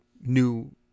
new